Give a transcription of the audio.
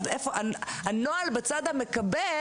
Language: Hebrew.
אז היידוע לנוהל בצד המקבל,